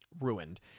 ruined